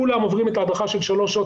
כולם עוברים את ההדרכה של שלוש שעות,